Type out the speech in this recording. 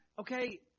okay